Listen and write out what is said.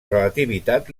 relativitat